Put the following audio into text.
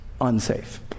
unsafe